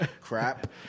Crap